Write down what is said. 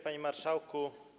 Panie Marszałku!